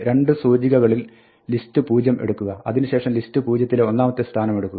രണ്ട് സൂചികകളിൽ ലിസ്റ്റ് 0 എടുക്കുക അതിനു ശേഷം ലിസ്റ്റ് 0 ത്തിലെ ഒന്നാമത്തെ സ്ഥാനമെടുക്കുക